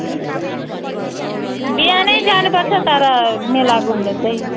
बिहान जानु पर्छ तर मेला घुम्न चाहिँ